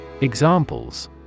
Examples